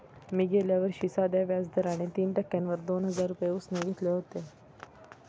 मी गेल्या वर्षी साध्या व्याज दराने तीन टक्क्यांवर दोन हजार रुपये उसने घेतले होते